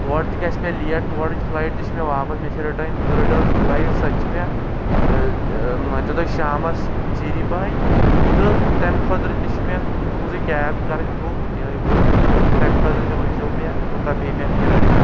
تورٕ تہِ گژھِ مےٚ لیٹ تورٕچ فُلایٹ تہِ چھِ مےٚ واپس مےٚ چھِ رٹن رِٹٲرٕن فلایٹ سۅ تہِ چھِ مےٚ مانۍتَو تُہی شامس ژیٖری پَہن تہٕ تَمہِ خاطرٕ تہِ چھُ مے ٚتُہٕنٛزے کیب کَرٕنۍ بُک یہےَ گاڑۍ تہٕ تَمہِ خاطرٕ تہِ ؤنۍزیٚو مےٚ کوتاہ پیٚیہِ مےٚ کِرایے